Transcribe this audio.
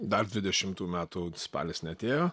dar dvidešimtų metų spalis neatėjo